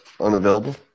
unavailable